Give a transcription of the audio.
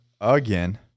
again